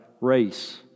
race